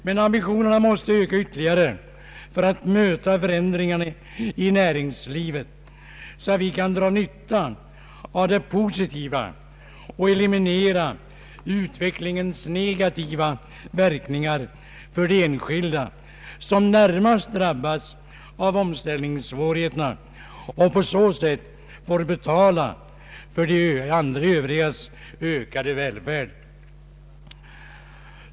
Men ambitionerna måste öka ytterligare för att möta förändringarna i näringslivet så att vi kan dra nytta av det positiva och eliminera utvecklingens negativa verkningar för de enskilda som närmast drabbas av omställningssvårigheterna och på så sätt får betala för de övrigas ökade välfärd.